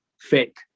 fake